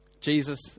Jesus